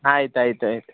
ಆಯ್ತು ಆಯ್ತು ಆಯಿತು